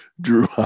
drew